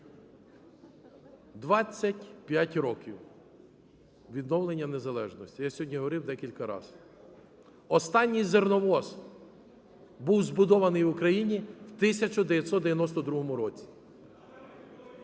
25 років відновлення незалежності, я сьогодні говорив декілька раз, останній зерновоз був збудований в Україні в 1992 році.